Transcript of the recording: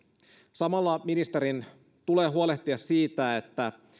samalla ministerin tulee huolehtia siitä että